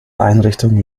einrichtung